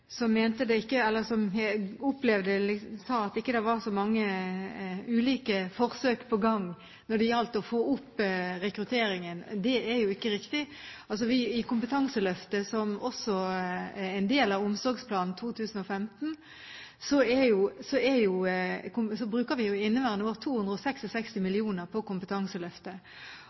som, som sagt, er så viktig for vår sektor. Så har jeg bare lyst til å si, men kanskje jeg misforsto representanten Dåvøy, som sa at det ikke var så mange ulike forsøk på gang når det gjaldt å få opp rekrutteringen, at det er jo ikke riktig. I Kompetanseløftet, som også er en del av Omsorgsplan 2015, bruker vi i inneværende år